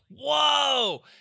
whoa